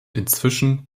inzwischen